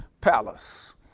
palace